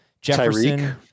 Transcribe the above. Jefferson